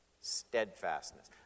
steadfastness